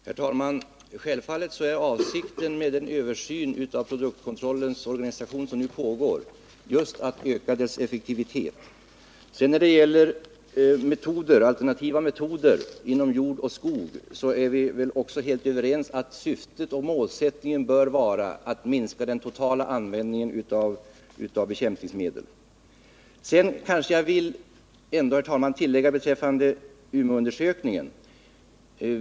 Herr talman! Självfallet är avsikten med den översyn av produktkontrollnämndens organisation som nu pågår just att öka dess effektivitet. När det gäller alternativa metoder inom jordoch skogsbruk är vi väl också helt överens om att syftet och målsättningen bör vara att minska den totala användningen av bekämpningsmedel. Sedan vill jag kanske ändå tillägga något beträffande Umeåundersökningen.